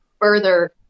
further